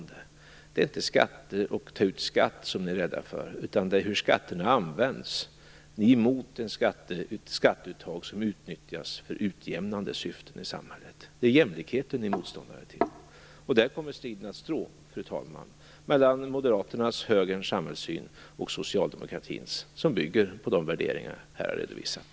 Det är inte att ta ut skatt som ni är rädda för, utan ni är emot ett skatteuttag som utnyttjas i utjämnande syfte i samhället. Det är jämlikheten som ni är motståndare till. Där kommer striden att stå, fru talman: mellan moderaternas-högerns samhällssyn och socialdemokratins, som bygger på de värderingar som jag här har redovisat.